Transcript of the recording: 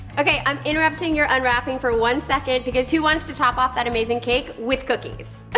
okay, i'm interrupting your unwrapping for one second because who wants to top off that amazing cake with cookies?